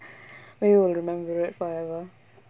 we'll remember it forever